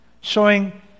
showing